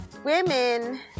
Women